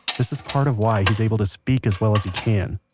this is part of why he's able to speak as well as he can.